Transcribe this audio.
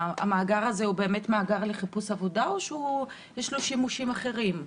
המאגר הזה הוא באמת מאגר לחיפוש עבודה או שיש לו שימושים אחרים?